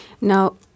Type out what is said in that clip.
Now